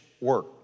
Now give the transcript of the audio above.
work